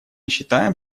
считаем